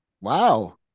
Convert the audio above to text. wow